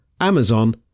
Amazon